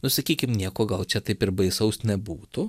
nu sakykim nieko gal čia taip ir baisaus nebūtų